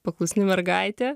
paklusni mergaitė